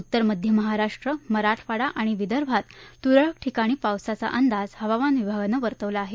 उत्तर मध्य महाराष्ट्र मराठवाडा आणि विदर्भात तुरळक ठिकाणी पावसाचा अंदाज हवामान विभागानं वर्तवला आहे